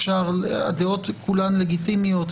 הדעות כולן לגיטימיות,